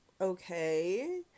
okay